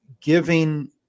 giving